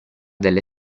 delle